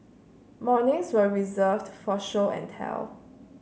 mornings were reserved for show and tell